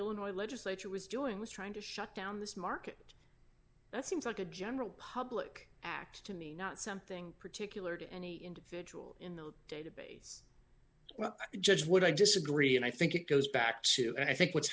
illinois legislature was doing was trying to shut down this market that seems like a general public act to me not something particular to any individual in the database well the judge would i just agree and i think it goes back to i think what's